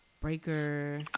Breaker